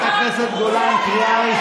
הוא מקלל.